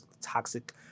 toxic